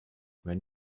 when